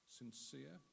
sincere